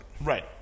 Right